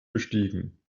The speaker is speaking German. gestiegen